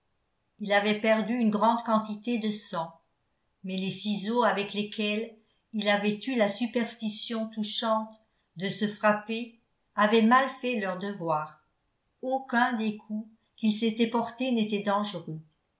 il avait perdu une grande quantité de sang mais les ciseaux avec lesquels il avait eu la superstition touchante de se frapper avaient mal fait leur devoir aucun des coups qu'il s'était portés n'était dangereux